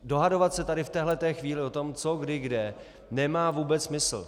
Dohadovat se tady v téhle té chvíli co kdy kde nemá vůbec smysl.